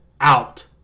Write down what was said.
out